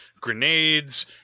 grenades